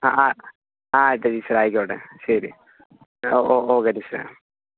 ആ ആ ആവട്ടെ ടീച്ചറെ ആയിക്കോട്ടെ ശരി ഒ ഒ ഓക്കെ ടീച്ചറെ